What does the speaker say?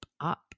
up